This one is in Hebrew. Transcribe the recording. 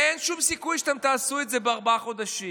הרי אין שום סיכוי שאתם תעשו את זה בארבעה חודשים.